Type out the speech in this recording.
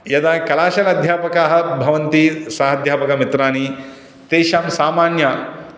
यदा कलाशालाध्यापकाः भवन्ति सहाध्यापकमित्राणि तेषां सामान्यं